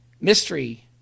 mystery